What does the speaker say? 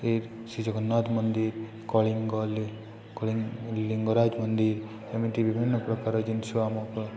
ଏ ଶ୍ରୀ ଜଗନ୍ନାଥ ମନ୍ଦିର କଳିଙ୍ଗଲି ଲିଙ୍ଗରାଜ ମନ୍ଦିର ଏମିତି ବିଭିନ୍ନ ପ୍ରକାର ଜିନିଷ ଆମ